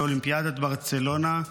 באולימפיאדת ברצלונה,